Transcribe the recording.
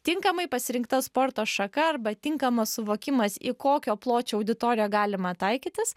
tinkamai pasirinkta sporto šaka arba tinkamas suvokimas į kokio pločio auditoriją galima taikytis